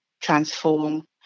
transform